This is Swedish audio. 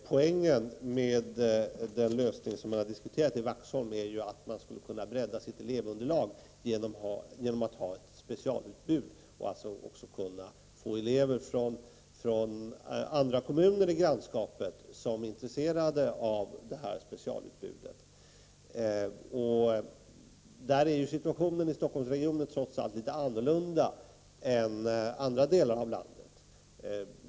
Poängen med den lösning som har diskuterats i Vaxholm är ju att man skulle kunna bredda sitt elevunderlag genom att ha ett specialutbud och alltså också kunna få elever från andra kommuner i grannskapet som är intresserade av det här specialutbudet. Situationen i Stockholmsregionen är litet annorlunda än i andra delar av landet.